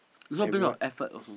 is not based on effort also